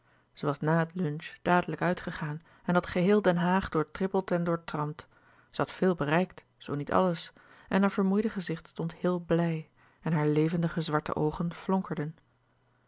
was na het lunch dadelijk uitgegaan en had geheel den haag doortrippeld en doortramd zij had veel bereikt zoo niet alles en haar vermoeide gezicht stond heel blij en hare levendige zwarte oogen